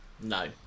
No